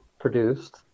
produced